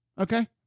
Okay